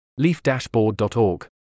LeafDashboard.org